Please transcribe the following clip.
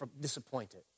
disappointed